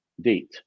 date